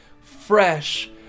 fresh